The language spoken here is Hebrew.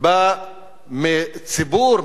בא מציבור,